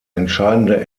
entscheidende